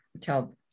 tell